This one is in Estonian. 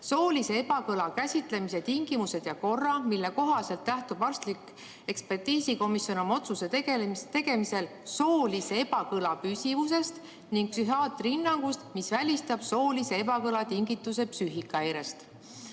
soolise ebakõla käsitlemise tingimused ja korra, mille kohaselt lähtub arstlik ekspertiisikomisjon oma otsuse tegemisel soolise ebakõla püsivusest ning psühhiaatri hinnangust, mis välistab soolise ebakõla tingituse psüühikahäirest."